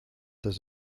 does